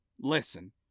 listen